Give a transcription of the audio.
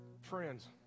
friends